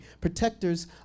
protectors